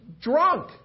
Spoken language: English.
drunk